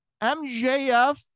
mjf